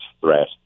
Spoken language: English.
threat